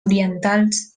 orientals